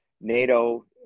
NATO